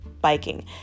biking